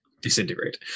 Disintegrate